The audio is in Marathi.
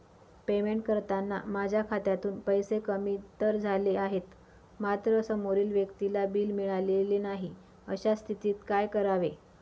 पेमेंट करताना माझ्या खात्यातून पैसे कमी तर झाले आहेत मात्र समोरील व्यक्तीला बिल मिळालेले नाही, अशा स्थितीत काय करावे?